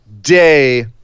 day